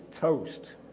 toast